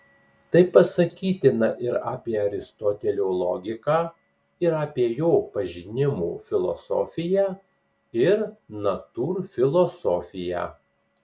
tai pasakytina ir apie aristotelio logiką ir apie jo pažinimo filosofiją ir natūrfilosofiją